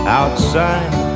outside